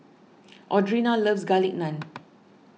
Audrina loves Garlic Naan